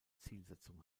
zielsetzung